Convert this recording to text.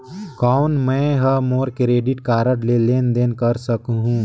कौन मैं ह मोर क्रेडिट कारड ले लेनदेन कर सकहुं?